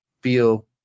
feel